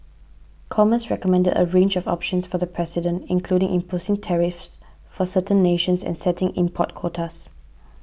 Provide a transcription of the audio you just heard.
commerce recommended a range of options for the president including imposing tariffs for certain nations and setting import quotas